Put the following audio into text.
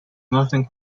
nothing